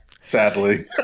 sadly